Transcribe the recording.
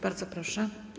Bardzo proszę.